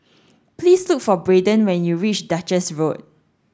please look for Brayden when you reach Duchess Road